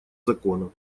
закона